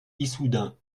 issoudun